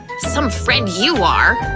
some friend you are!